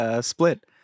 Split